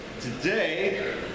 Today